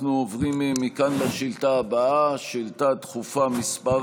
אנחנו עוברים מכאן לשאילתה הבאה, שאילתה דחופה מס'